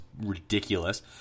ridiculous